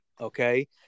Okay